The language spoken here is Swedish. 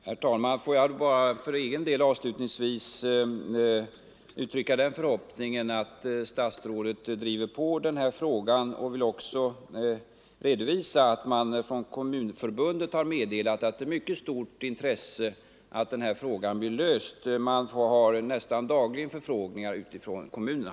Herr talman! Avslutningsvis vill jag bara uttrycka den förhoppningen att statsrådet driver på den här frågan. Jag vill också redovisa att man från Kommunförbundet har meddelat att intresset är mycket stort för att den här frågan blir löst. Man får nästan dagligen förfrågningar från kommunerna.